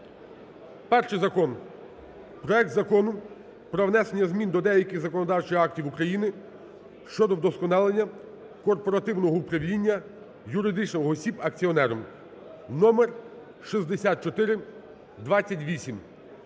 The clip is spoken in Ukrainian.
Перший закон. Проект Закону про внесення змін до деяких законодавчих актів України щодо вдосконалення корпоративного управління юридичних осіб, акціонером (№ 6428).